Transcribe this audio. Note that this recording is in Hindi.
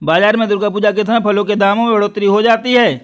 बाजार में दुर्गा पूजा के समय फलों के दामों में बढ़ोतरी हो जाती है